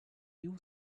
you